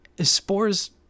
Spores